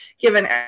given